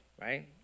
right